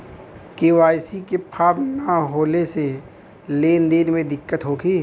KYC के form न होले से लेन देन में दिक्कत होखी?